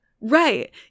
right